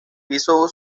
hizo